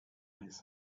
his